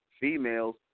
Females